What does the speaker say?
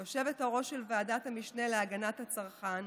כיושבת-ראש של ועדת המשנה להגנת הצרכן,